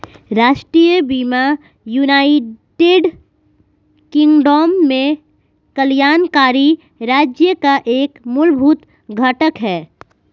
राष्ट्रीय बीमा United Kingdom में कल्याणकारी राज्य का एक मूलभूत घटक है